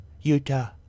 Utah